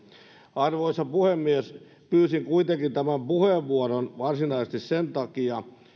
arvoisa puhemies pyysin tämän puheenvuoron kuitenkin varsinaisesti sen takia